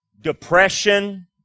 depression